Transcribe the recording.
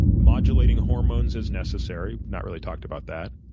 modulating hormones as necessary we've not really talked about that.